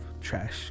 trash